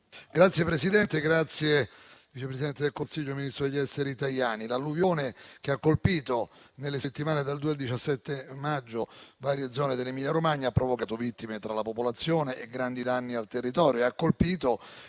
Signor vice presidente del Consiglio e ministro degli affari esteri Tajani, l'alluvione che ha colpito nelle settimane dal 2 al 17 maggio varie zone dell'Emilia Romagna ha provocato vittime tra la popolazione e grandi danni al territorio